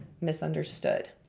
misunderstood